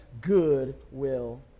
goodwill